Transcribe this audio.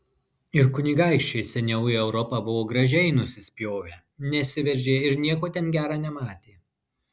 ir kunigaikščiai seniau į europą buvo gražiai nusispjovę nesiveržė ir nieko ten gera nematė